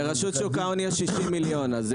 לרשות שוק ההון יש 60 מיליון.